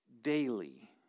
daily